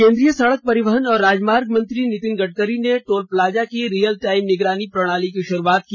केंद्रीय सड़क परिवहन और राजमार्ग मंत्री नितिन गड़करी ने टोल प्लाजा की रियल टाइम निगरानी प्रणाली की शुरूआत की